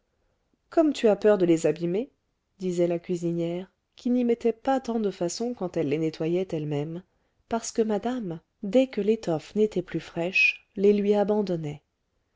comme tu as peur de les abîmer disait la cuisinière qui n'y mettait pas tant de façons quand elle les nettoyait elle-même parce que madame dès que l'étoffe n'était plus fraîche les lui abandonnait